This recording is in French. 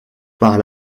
par